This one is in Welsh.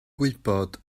gwybod